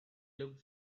looked